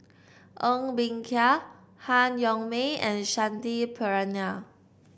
Ng Bee Kia Han Yong May and Shanti Pereira